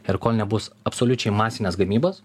ir kol nebus absoliučiai masinės gamybos